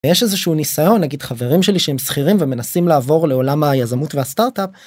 יש איזשהו ניסיון, נגיד חברים שלי שהם שכירים ומנסים לעבור לעולם היזמות והסטארט-אפ.